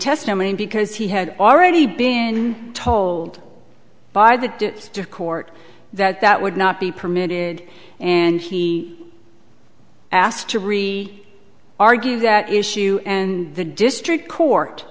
testimony because he had already been told by the court that that would not be permitted and he asked to re argue that issue and the district court